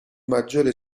maggiore